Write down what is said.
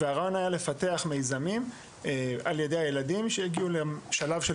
הרעיון היה לפתח מיזמים על ידי הילדים שהגיעו לשלב של